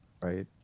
right